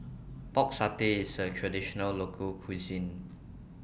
Pork Satay IS A Traditional Local Cuisine